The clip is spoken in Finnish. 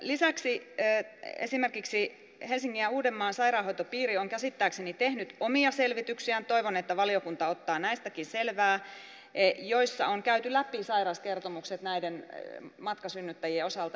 lisäksi esimerkiksi helsingin ja uudenmaan sairaanhoitopiiri on käsittääkseni tehnyt omia selvityksiään toivon että valiokunta ottaa näistäkin selvää joissa on käyty läpi sairaskertomukset näiden matkasynnyttäjien osalta